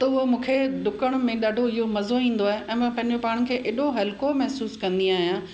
त उहो मूंखे डुकण में ॾाढो इहो मज़ो ईंदो आहे ऐं मां पंहिंजे पाण खे अहिड़ो हलको महिसूसु कंदी आहियां